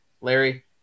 Larry